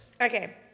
Okay